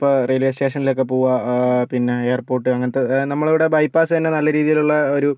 ഇപ്പോൾ റെയിൽവേ സ്റ്റേഷനിലൊക്കെ പോവുക പിന്നെ എയർപോർട്ട് അങ്ങനത്തെ നമ്മൂടെയിവിടെ ബൈപ്പാസ് തന്നെ നല്ല രീതിയിലുള്ള ഒരു